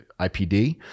IPD